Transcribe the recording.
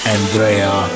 Andrea